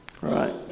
Right